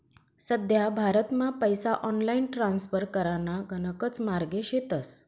सध्या भारतमा पैसा ऑनलाईन ट्रान्स्फर कराना गणकच मार्गे शेतस